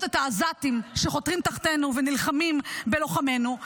את העזתים שחותרים תחתינו ונלחמים בלוחמינו,